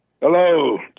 Hello